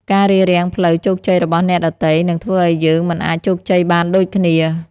ការរារាំងផ្លូវជោគជ័យរបស់អ្នកដទៃ នឹងធ្វើឱ្យយើងមិនអាចជោគជ័យបានដូចគ្នា។